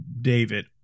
David